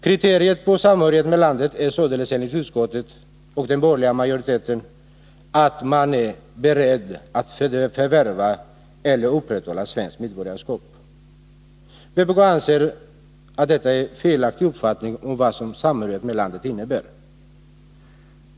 Kriteriet på samhörighet med landet är således enligt utskottet och den borgerliga riksdagsmajoriteten att man är beredd att förvärva eller upprätthålla svenskt medborgarskap. Vpk anser detta vara en felaktig uppfattning om vad samhörighet med landet innebär.